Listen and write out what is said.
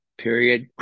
period